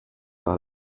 par